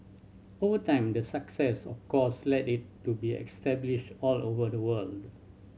over time the success of course led it to be established all over the world